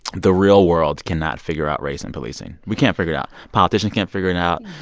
the real world cannot figure out race and policing. we can't figure it out. politicians can't figure it out.